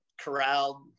corralled